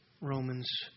Romans